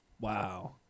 Wow